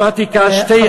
מתמטיקה, שתי יחידות.